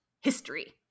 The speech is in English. history